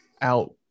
out